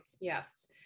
Yes